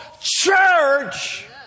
Church